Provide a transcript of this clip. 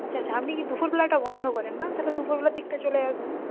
আচ্ছা আচ্ছা আপনি কি দুপুরবেলাটা বন্ধ করেন না তাহলে দুপুরবেলার দিকটা চলে আসবেন